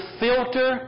filter